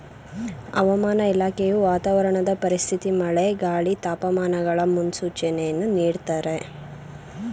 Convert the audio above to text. ಹವಾಮಾನ ಇಲಾಖೆಯು ವಾತಾವರಣದ ಪರಿಸ್ಥಿತಿ ಮಳೆ, ಗಾಳಿ, ತಾಪಮಾನಗಳ ಮುನ್ಸೂಚನೆಯನ್ನು ನೀಡ್ದತರೆ